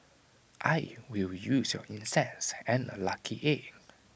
I will use your incense and A lucky egg